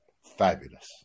fabulous